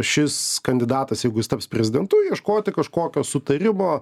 šis kandidatas jeigu jis taps prezidentu ieškoti kažkokio sutarimo